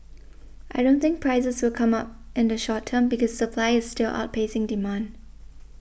I don't think prices will come up in the short term because supply is still outpacing demand